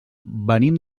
venim